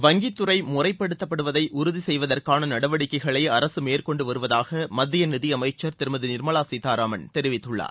வங்கித்துறை முறைப்படுத்தப்படுவதை உறுதி செய்வதற்கான நடவடிக்கைகளை அரசு மேற்கொண்டு வருவதாக மத்திய நிதியமைச்சர் திருமதி நிர்மலா சீத்தாராமன் தெரிவித்துள்ளார்